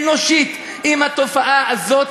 אנושית, עם התופעה הזאת.